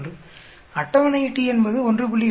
01 அட்டவணை t என்பது 1